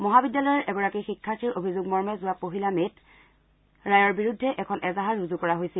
মহাবিদ্যালয়ৰ এগৰাকী শিক্ষাৰ্থীৰ অভিযোগ মৰ্মে যোৱা পহিলা মেত ৰায়ৰ বিৰুদ্ধে এখন এজাহাৰ ৰুজু কৰা হৈছিল